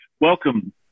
welcome